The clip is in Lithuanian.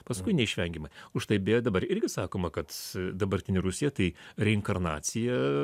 paskui neišvengiamai už tai beje dabar irgi sakoma kad dabartinė rusija tai reinkarnacija